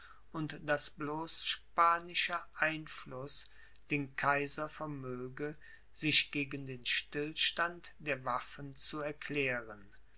und daß bloß spanischer einfluß den kaiser vermöge sich gegen den stillstand der waffen zu erklären